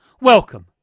Welcome